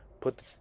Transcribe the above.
put